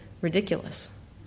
ridiculous